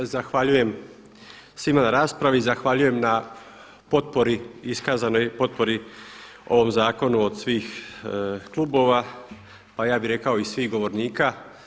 Zahvaljujem svima na raspravi, zahvaljujem na potpori iskazanoj potpori ovom zakonu od svih klubova, pa ja bih rekao i svih govornika.